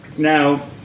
Now